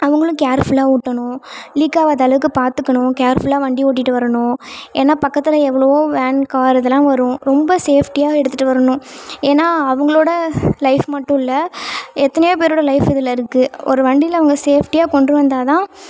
அவங்களும் கேர்ஃபுல்லாக ஓட்டணும் லீக் ஆகாத அளவுக்கு பார்த்துக்கணும் கேர்ஃபுல்லாக வண்டி ஓட்டிட்டு வரணும் ஏன்னா பக்கத்தில் எவ்வளவோ வேன் கார் இதெல்லாம் வரும் ரொம்ப சேஃப்டியாக எடுத்துகிட்டு வரணும் ஏன்னா அவங்களோட லைஃப் மட்டும் இல்லை எத்தனையோ பேரோடய லைஃப் இதில் இருக்குது ஒரு வண்டியில் அவங்க சேஃப்டியாக கொண்டு வந்தால் தான்